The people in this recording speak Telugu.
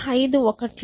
ఐదు ఒకట్లు